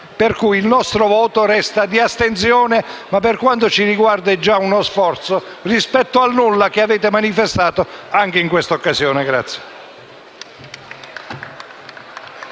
Pertanto il nostro voto resta di astensione, ma per quanto ci riguarda è già uno sforzo rispetto al nulla che avete manifestato anche in questa occasione.